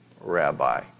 rabbi